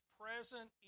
present